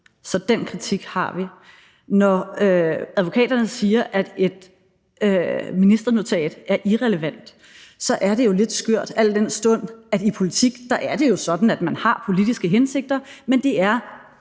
Så den kritik har vi. Når advokaterne siger, at et ministernotat er irrelevant, er det jo lidt skørt, al den stund at det i politik er sådan, at man har politiske hensigter, men det er